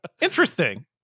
interesting